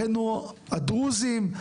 אחינו הדרוזים,